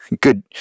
Good